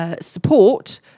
support